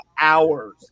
hours